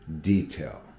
detail